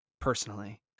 personally